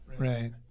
Right